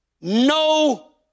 no